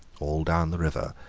all down the river,